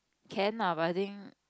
can lah but I think